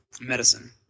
medicine